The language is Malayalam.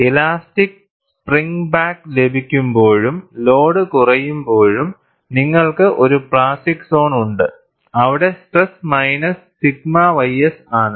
ഇലാസ്റ്റിക് സ്പ്രിംഗ് ബാക്ക് ലഭിക്കുമ്പോഴും ലോഡ് കുറയുമ്പോഴും നിങ്ങൾക്ക് ഒരു പ്ലാസ്റ്റിക് സോൺ ഉണ്ട് അവിടെ സ്ട്രെസ് മൈനസ് സിഗ്മ ys ആണ്